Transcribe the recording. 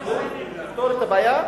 זכות לפתור את הבעיה,